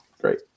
great